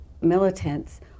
militants